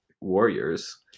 Warriors